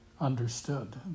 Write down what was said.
understood